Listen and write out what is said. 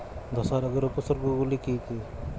ধসা রোগের উপসর্গগুলি কি কি?